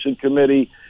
committee